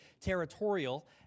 territorial